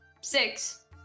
six